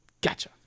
Gotcha